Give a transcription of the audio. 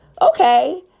Okay